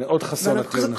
מאוד חסון הטיעון היה.